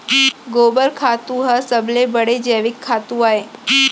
गोबर खातू ह सबले बड़े जैविक खातू अय